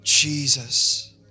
Jesus